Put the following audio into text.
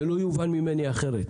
שלא יובן ממני אחרת,